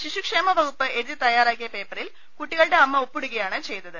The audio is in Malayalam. ശിശുക്ഷേമ വകുപ്പ് എഴുതി തയ്യാറാക്കിയ പേപ്പറിൽ കുട്ടികളുടെ അമ്മ ഒപ്പിടുകയാണ് ചെയ്തത്